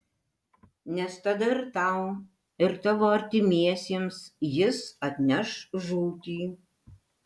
nes tada ir tau ir tavo artimiesiems jis atneš žūtį